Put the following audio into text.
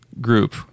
group